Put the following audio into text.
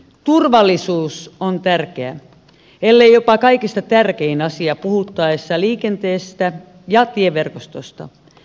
turvallisuus on tärkeä ellei jopa kaikista tärkein asia puhuttaessa liikenteestä ja tieverkostosta